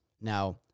Now